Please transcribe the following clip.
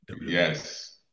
Yes